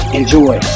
enjoy